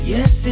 Yes